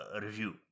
review